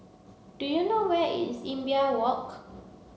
do you know where is Imbiah Walk